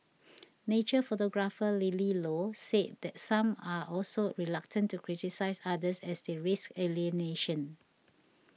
nature photographer Lily Low said that some are also reluctant to criticise others as they risk alienation